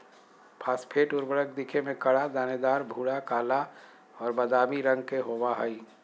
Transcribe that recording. phosphate उर्वरक दिखे में कड़ा, दानेदार, भूरा, काला और बादामी रंग के होबा हइ